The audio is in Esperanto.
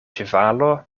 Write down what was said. ĉevalo